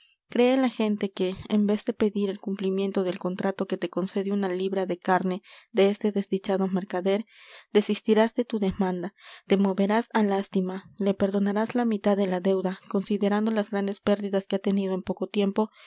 cree la gente que en vez de pedir el cumplimiento del contrato que te concede una libra de carne de este desdichado mercader desistirás de tu demanda te moverás á lástima le perdonarás la mitad de la deuda considerando las grandes pérdidas que ha tenido en poco tiempo